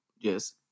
Yes